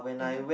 and